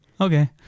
Okay